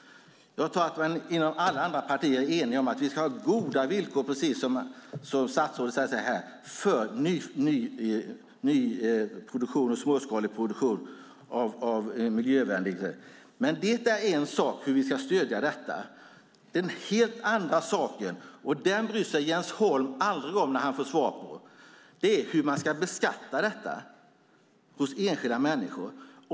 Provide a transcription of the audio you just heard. Jag tror att alla andra partier är eniga om att vi ska ha goda villkor, precis som statsrådet säger, för småskalig produktion av miljövänlig energi. Det är dock en sak hur vi ska stödja detta. Den helt andra saken - och den bryr sig Jens Holm aldrig om - är hur man ska beskatta detta hos enskilda människor.